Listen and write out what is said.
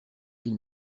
ils